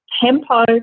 tempo